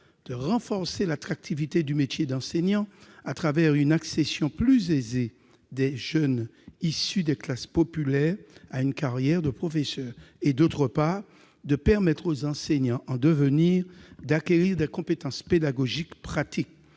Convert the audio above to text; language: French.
de renforcer l'attractivité du métier d'enseignant à travers une accession plus aisée des jeunes issus des classes populaires à une carrière de professeur et, d'autre part, de permettre aux enseignants en devenir d'acquérir des compétences pédagogiques pratiques.